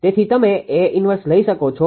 તેથી તમે A 1 લઈ શકો છો